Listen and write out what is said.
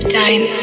time